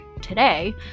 today